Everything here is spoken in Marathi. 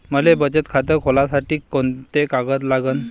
मले बचत खातं खोलासाठी कोंते कागद लागन?